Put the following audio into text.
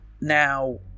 Now